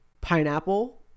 pineapple